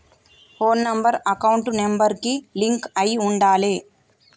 పోను number account number కి link అయ్యి ఉండాలే